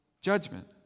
judgment